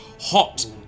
hot